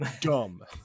Dumb